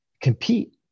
compete